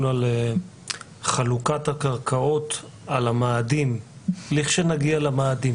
על חלוקת הקרקעות על המאדים לכשנגיע למאדים.